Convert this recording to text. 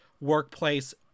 workplace